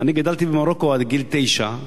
אני גדלתי במרוקו עד גיל תשע,